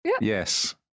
Yes